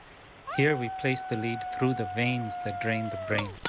here we place the lead through the veins that drain the brain,